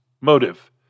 motive